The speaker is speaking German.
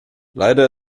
leider